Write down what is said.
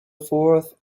forth